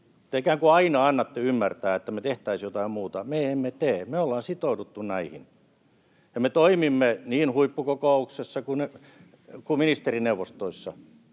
Te ikään kuin aina annatte ymmärtää, että me tehtäisiin jotain muuta. Me emme tee. Me ollaan sitouduttu näihin. Me toimimme niin huippukokouksessa kuin ministerineuvostoissa